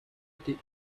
été